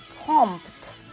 pumped